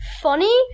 funny